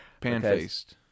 Pan-faced